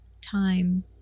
time